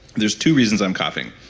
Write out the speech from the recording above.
there's two reasons i'm coughing